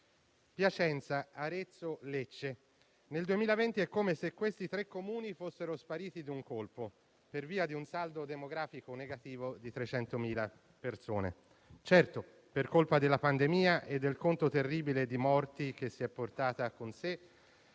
Piacenza, Arezzo e Lecce: nel 2020 è come se questi tre Comuni fossero spariti in un colpo per via di un saldo demografico negativo di 300.000 persone. Certo, per colpa della pandemia e del conto terribile di morti che si è portata con sé,